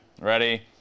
Ready